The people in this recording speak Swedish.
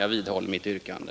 Jag vidhåller mitt yrkande.